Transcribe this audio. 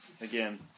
again